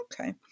Okay